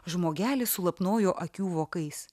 žmogelis sulapnojo akių vokais